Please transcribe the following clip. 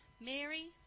Mary